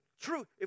True